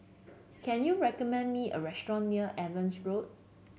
can you recommend me a restaurant near Evans Road